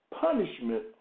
punishment